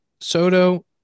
Soto